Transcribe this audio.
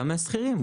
גם מהשכירים.